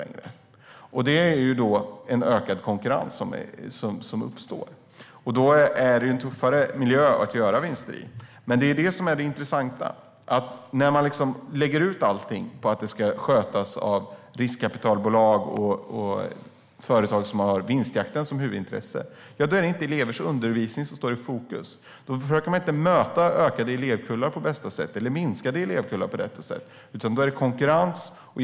Då uppstår det en ökad konkurrens, och det blir en tuffare miljö att göra vinster i. Det intressanta är att när man lägger ut allting på riskkapitalbolag och företag som har vinstjakt som huvudintresse, då är det inte elevers undervisning som står i fokus. Då försöker man inte att möta de minskade elevkullarna på bästa sätt, utan då är det konkurrens som gäller.